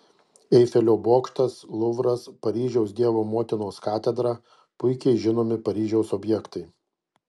eifelio bokštas luvras paryžiaus dievo motinos katedra puikiai žinomi paryžiaus objektai